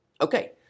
Okay